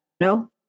no